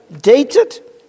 dated